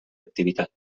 activitat